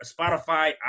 Spotify